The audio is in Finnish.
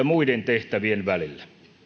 muiden tehtävien välille